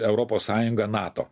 europos sąjunga nato